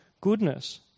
goodness